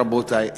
רבותי,